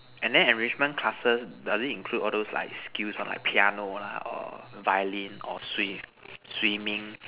and then enrichment classes does it include all those like skills one like piano lah or violin swim swimming